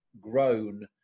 grown